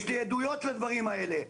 יש לי עדויות לדברים האלה.